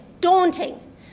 daunting